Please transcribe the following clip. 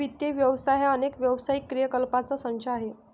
वित्त व्यवसाय हा अनेक व्यावसायिक क्रियाकलापांचा संच आहे